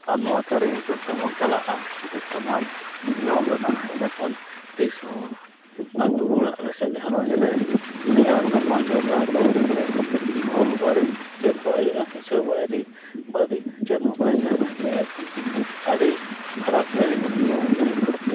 ᱟᱨ ᱱᱚᱣᱟ ᱠᱟᱹᱨᱤ ᱦᱤᱥᱟᱹᱵᱽ ᱛᱮᱵᱚᱱ ᱪᱟᱞᱟᱜᱼᱟ ᱡᱟᱛᱮ ᱥᱚᱢᱟᱡᱽ ᱡᱤᱭᱚᱱ ᱨᱮᱱᱟᱜ ᱤᱱᱟᱹᱠᱷᱟᱱ ᱛᱤᱥᱦᱚᱸ ᱟᱛᱩᱼᱚᱲᱟᱜᱨᱮ ᱥᱮ ᱜᱷᱟᱨᱚᱸᱡᱽᱨᱮ ᱱᱮᱭᱟᱣ ᱛᱟᱯᱟᱢ ᱡᱷᱚᱜᱽᱲᱟ ᱠᱚ ᱥᱮ ᱵᱷᱩᱞ ᱵᱟᱹᱲᱤᱡ ᱪᱮᱫᱦᱚᱸ ᱵᱟᱭ ᱦᱩᱭᱩᱜᱼᱟ ᱦᱤᱥᱟᱹᱵᱽ ᱵᱟᱭᱨᱮ ᱵᱟᱹᱫᱤ ᱪᱮᱫᱦᱚᱸ ᱵᱟᱭ ᱛᱟᱦᱮᱱᱟ ᱱᱤᱭᱟᱹ ᱠᱷᱚᱱ ᱟᱹᱰᱤ ᱯᱷᱟᱨᱟᱠ ᱨᱮ ᱱᱚᱣᱟ ᱛᱟᱦᱮᱱᱟ